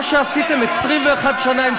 מה שעשיתם 21 שנה,